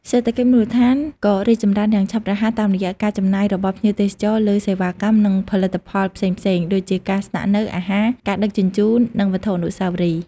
សេដ្ឋកិច្ចមូលដ្ឋានក៏រីកចម្រើនយ៉ាងឆាប់រហ័សតាមរយៈ ការចំណាយរបស់ភ្ញៀវទេសចរ លើសេវាកម្ម និងផលិតផលផ្សេងៗ ដូចជាការស្នាក់នៅ អាហារ ការដឹកជញ្ជូន និងវត្ថុអនុស្សាវរីយ៍។